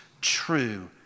true